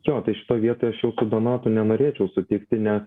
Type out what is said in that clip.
jo tai šitoj vietoj aš jau su donatu nenorėčiau sutikti nes